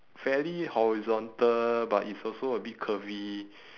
fairly horizontal but it's also a bit curvy